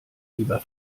lieber